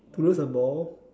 lose the ball